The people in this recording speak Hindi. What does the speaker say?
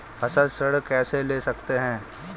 फसल ऋण कैसे ले सकते हैं?